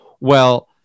well-